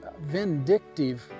vindictive